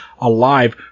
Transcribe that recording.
alive